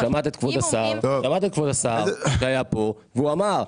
את שמעת את כבוד השר שהיה פה והוא אמר,